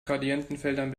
gradientenfeldern